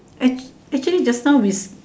act actually just now with